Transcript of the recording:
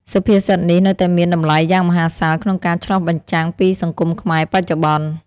សុភាសិតនេះនៅតែមានតម្លៃយ៉ាងមហាសាលក្នុងការឆ្លុះបញ្ចាំងពីសង្គមខ្មែរបច្ចុប្បន្ន។